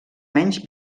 menys